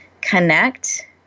connect